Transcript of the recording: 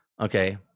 Okay